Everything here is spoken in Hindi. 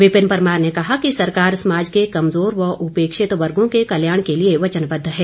विपिन परमार ने कहा कि सरकार समाज के कमजोर व उपेक्षित वर्गो के कल्याण के लिए वचनबद्ध है